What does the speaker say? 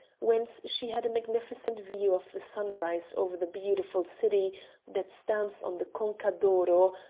whence she had a magnificent view of the sunrise over the beautiful city that stands on the conca d'oro,